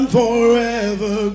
forever